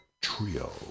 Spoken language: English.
Trio